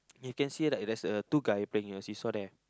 you can see right there's two guys playing the seesaw there